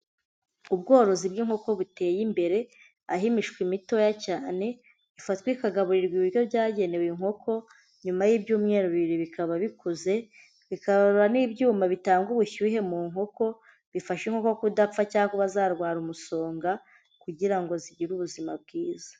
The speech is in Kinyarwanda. Ubworozi bw'inkoko buteye imbere. Aho imishwi imitoya cyane, ifatwa ikagaburirwa ibiryo byagenewe inkoko, nyuma y'ibyumweru bibiri bikaba bikuze. Bikabarura n'ibyuma bitanga ubushyuhe mu nkoko. Bifashe inkoko kudapfa cyangwa kuba zarwara umusonga, kugira ngo zigire ubuzima bwiza.